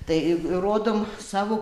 tai rodom savo